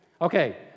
Okay